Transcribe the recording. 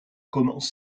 commence